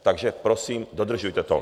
Takže prosím, dodržujte to.